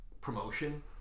Promotion